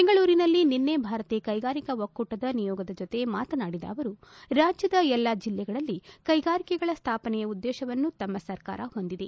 ಬೆಂಗಳೂರಿನಲ್ಲಿ ನಿನ್ನೆ ಭಾರತೀಯ ಕ್ಷೆಗಾರಿಕಾ ಒಕ್ಕೂಟದ ನಿಯೋಗದ ಜತೆ ಮಾತನಾಡಿದ ಅವರು ರಾಜ್ಯದ ಎಲ್ಲ ಜಿಲ್ಲೆಗಳಲ್ಲಿ ಕೈಗಾರಿಕೆಗಳ ಸ್ಯಾಪನೆಯ ಉದ್ದೇಶವನ್ನು ತಮ್ಮ ಸರಕಾರ ಹೊಂದಿದೆ